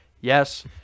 Yes